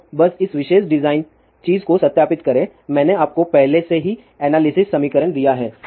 तो बस इस विशेष डिज़ाइन चीज़ को सत्यापित करें मैंने आपको पहले से ही एनालिसिस समीकरण दिया है